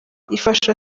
bifasha